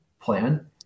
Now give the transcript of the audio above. plan